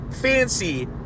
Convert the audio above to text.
fancy